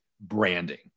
branding